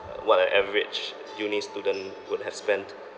uh what an average uni student would have spent